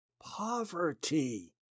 poverty